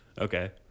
Okay